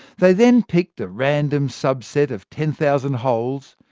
they then picked a random subset of ten thousand holes,